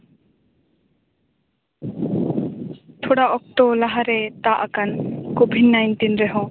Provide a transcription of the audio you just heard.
ᱛᱷᱚᱲᱟ ᱚᱠᱛᱚ ᱞᱟᱦᱟᱨᱮ ᱛᱟᱵ ᱟᱠᱟᱱ ᱠᱳᱵᱷᱤᱰ ᱱᱟᱭᱤᱱᱴᱤᱱ ᱨᱮᱦᱚᱸ